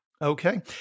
Okay